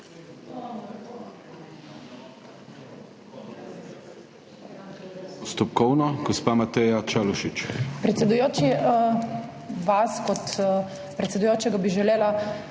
Postopkovno, gospa Mateja Čalušić.